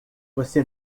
você